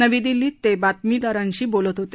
नवी दिल्ली श्विं ते बातमीदारांशी बोलत होते